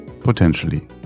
potentially